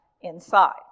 inside